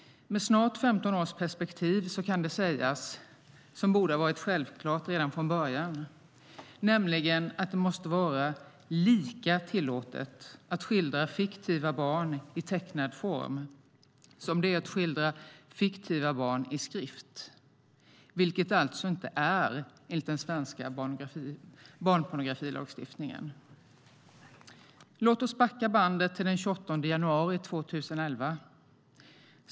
Med snart 15 års perspektiv kan det som borde ha varit självklart redan från början sägas, nämligen att det måste vara lika tillåtet att skildra fiktiva barn i tecknad form som det är att skildra fiktiva barn i skrift, vilket det alltså inte är enligt den svenska barnpornografilagstiftningen. Låt oss backa bandet till den 28 januari 2011.